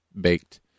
baked